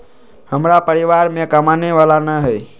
हमरा परिवार में कमाने वाला ना है?